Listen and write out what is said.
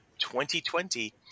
2020